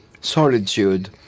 solitude